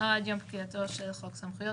-- או עד יום פקיעתו של חוק סמכויות